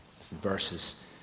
Verses